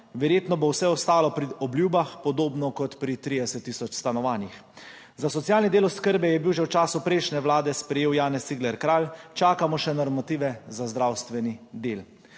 Verjetno bo vse ostalo pri obljubah, podobno kot pri 30000 stanovanjih. Za socialni del oskrbe je bil že v času prejšnje vlade sprejel Janez Cigler Kralj. Čakamo še na normative za zdravstveni del.